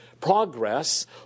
progress